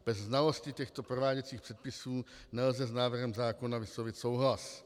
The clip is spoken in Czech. Bez znalosti těchto prováděcích předpisů nelze s návrhem zákona vyslovit souhlas.